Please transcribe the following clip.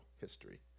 history